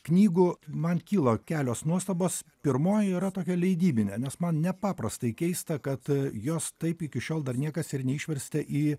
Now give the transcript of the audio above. knygų man kilo kelios nuostabos pirmoji yra tokia leidybinė nes man nepaprastai keista kad jos taip iki šiol dar niekas ir neišverstė į